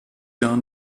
gar